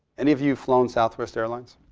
any of you flown southwest airlines?